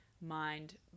mind